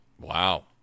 Wow